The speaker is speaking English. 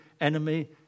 enemy